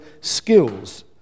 skills